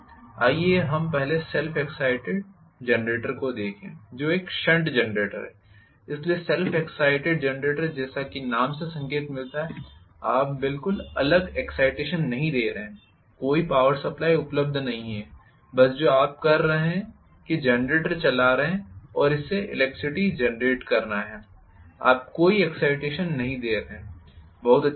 आइए हम पहले सेल्फ़ एग्ज़ाइटेड जनरेटर को देखें जो एक शंट जनरेटर है इसलिए सेल्फ़ एग्ज़ाइटेड जनरेटर जैसा कि नाम से संकेत मिलता है कि आप बिल्कुल अलग एक्साइटेशन नहीं दे रहे हैं कोई पॉवर सप्लाइ उपलब्ध नहीं है बस जो आप कर रहे हैं कि जनरेटर चला रहे है और इसे इलेक्ट्रिसिटी जेनरेट करना है आप कोई एक्साइटेशन नहीं दे रहे हैं बहुत अच्छा लगता है